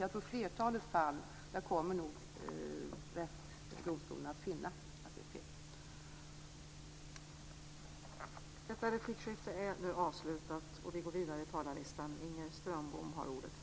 I flertalet fall kommer nog domstolen att finna att det är fel.